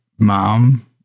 mom